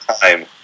time